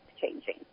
changing